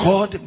God